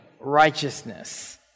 righteousness